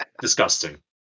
Disgusting